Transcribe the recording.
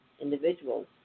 individuals